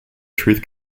truth